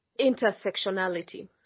intersectionality